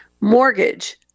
mortgage